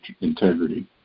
integrity